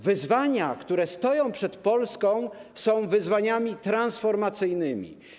Wyzwania, które stoją przed Polską, są wyzwaniami transformacyjnymi.